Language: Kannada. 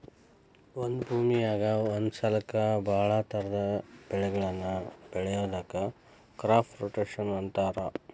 ಒಂದ ಭೂಮಿಯಾಗ ಒಂದ ಸಲಕ್ಕ ಬಹಳ ತರಹದ ಬೆಳಿಗಳನ್ನ ಬೆಳಿಯೋದಕ್ಕ ಕ್ರಾಪ್ ರೊಟೇಷನ್ ಅಂತಾರ